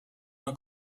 una